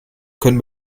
können